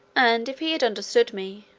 and if he had understood me,